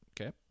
Okay